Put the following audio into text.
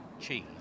cheese